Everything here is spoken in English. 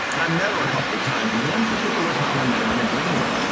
and i met her a couple of times. one particular time i met her in a green room.